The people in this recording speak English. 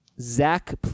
Zach